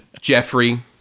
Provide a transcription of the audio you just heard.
Jeffrey